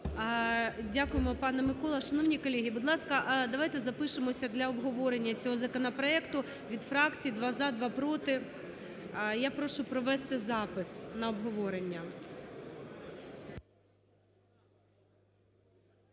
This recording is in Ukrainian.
Дякуємо, пане Микола. Шановні колеги, будь ласка, давайте запишемося для обговорення цього законопроекту від фракцій: два – за, два – проти. Я прошу провести запис на обговорення.